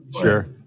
Sure